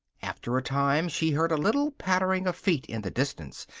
after a time, she heard a little pattering of feet in the distance,